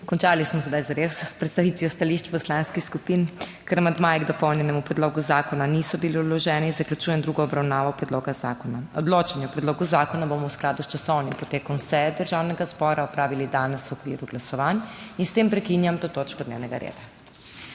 Končali smo s predstavitvijo stališč poslanskih skupin. Ker amandmaji k dopolnjenemu predlogu zakona niso bili vloženi, zaključujem drugo obravnavo predloga zakona. Odločanje o predlogu zakona bomo v skladu s časovnim potekom seje Državnega zbora opravili danes v okviru glasovanj. S tem prekinjam to točko dnevnega reda.